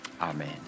amen